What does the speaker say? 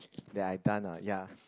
that I done ah ya